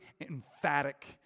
emphatic